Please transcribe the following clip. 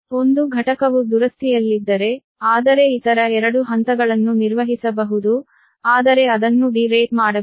ಒಂದು ಘಟಕವು ದುರಸ್ತಿಯಲ್ಲಿದ್ದರೆ ಆದರೆ ಇತರ 2 ಹಂತಗಳನ್ನು ನಿರ್ವಹಿಸಬಹುದು ಆದರೆ ಅದನ್ನು ಡಿ ರೇಟ್ ಮಾಡಬೇಕು